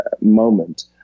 moment